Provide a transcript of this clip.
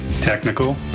technical